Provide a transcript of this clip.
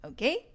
Okay